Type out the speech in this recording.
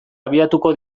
abiatuko